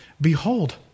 Behold